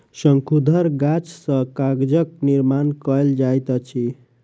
शंकुधर गाछ सॅ कागजक निर्माण कयल जाइत अछि